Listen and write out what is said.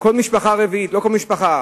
משפחה רביעית, לא כל משפחה,